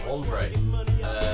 Andre